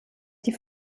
die